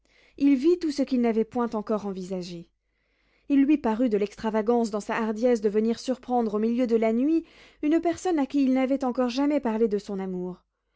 il vit tout ce qu'il n'avait point encore envisagé il lui parut de l'extravagance dans sa hardiesse de venir surprendre au milieu de la nuit une personne à qui il n'avait encore jamais parlé de son amour